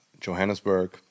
Johannesburg